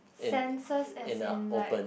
sensors as in like